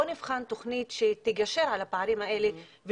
בואו נבחן תוכנית שתגשר על הפערים האלה,